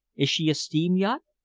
is she a steam-yacht?